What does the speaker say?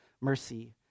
mercy